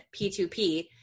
P2P